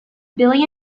billy